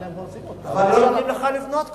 אבל לא נותנים לך לבנות כחוק,